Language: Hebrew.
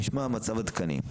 ד',מצב עדכני.